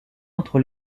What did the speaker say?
entre